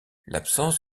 l’absence